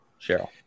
Cheryl